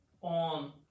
on